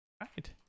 right